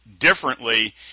differently